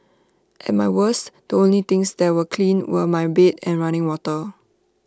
at my worst the only things that were clean were my bed and running water